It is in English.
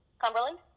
Cumberland